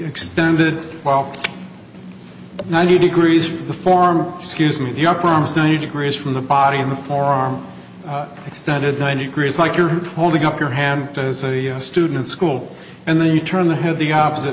extended well ninety degrees from the form scuse me the upper arm is ninety degrees from the body and the forearm extended ninety degrees like you are holding up your hand as a student at school and then you turn the head the opposite